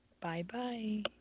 Bye-bye